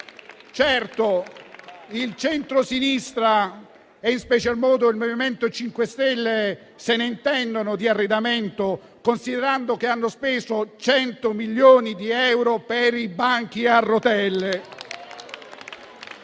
Certo, il centro sinistra e, in special modo, il MoVimento 5 Stelle se ne intendono di arredamento, considerando che hanno speso 100 milioni di euro per i banchi a rotelle.